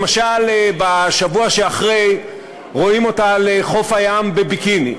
למשל בשבוע שאחרי רואים אותה על חוף הים בביקיני,